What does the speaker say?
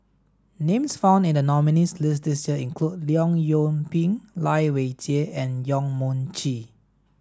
names found in the nominees' list this year include Leong Yoon Pin Lai Weijie and Yong Mun Chee